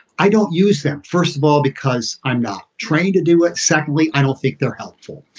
i don't use them, first of all, because i'm not trained to do it. secondly, i don't think they're helpful.